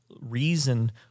reason